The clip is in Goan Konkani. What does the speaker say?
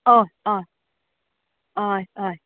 हय हय हय हय